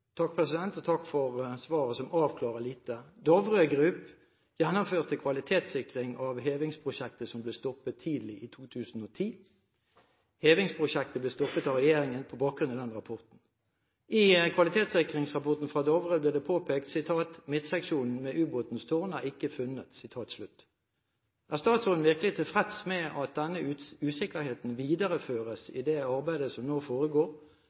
Takk for svaret, som avklarer lite. Dovre Group gjennomførte kvalitetssikring av hevingsprosjektet, som ble stoppet tidlig i 2010. Hevingsprosjektet ble stoppet av regjeringen på bakgrunn av den rapporten. I kvalitetssikringsrapporten fra Dovre Group ble det påpekt at «midtseksjonen med ubåtens tårn ikke er funnet.» Er statsråden virkelig tilfreds med at denne usikkerheten videreføres i det arbeidet som nå foregår,